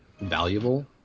valuable